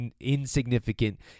insignificant